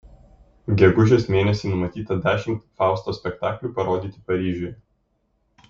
gegužės mėnesį numatyta dešimt fausto spektaklių parodyti paryžiuje